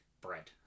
bread